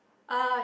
uh